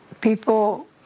People